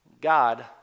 God